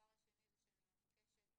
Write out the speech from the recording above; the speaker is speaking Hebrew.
הדבר השני שאני מבקשת,